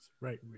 Right